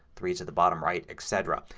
three is at the bottom right, etc.